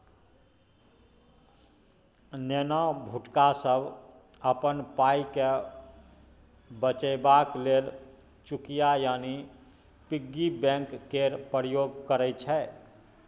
नेना भुटका सब अपन पाइकेँ बचेबाक लेल चुकिया यानी पिग्गी बैंक केर प्रयोग करय छै